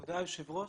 תודה, היושב ראש.